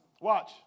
Watch